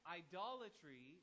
idolatry